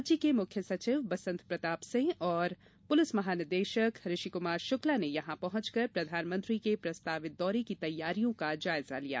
राज्य के मुख्य सचिव बसंत प्रताप सिंह तथा प्रलिस महानिदेशक ऋषि कुमार शुक्ला ने यहां पहुंचकर प्रधानमंत्री के प्रस्तावित दौरे की तैयारियों का जायजा लिया